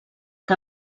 que